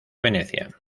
venecia